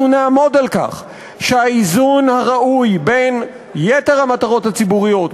אנחנו נעמוד על כך שהאיזון הראוי בין יתר המטרות הציבוריות,